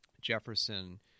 Jefferson